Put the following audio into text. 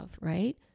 Right